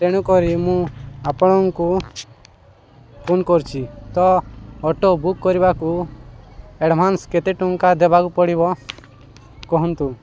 ତେଣୁକରି ମୁଁ ଆପଣଙ୍କୁ ଫୋନ୍ କରିଛି ତ ଅଟୋ ବୁକ୍ କରିବାକୁ ଆଡ଼ଭାନ୍ସ କେତେ ଟଙ୍କା ଦେବାକୁ ପଡ଼ିବ କୁହନ୍ତୁ